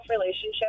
relationship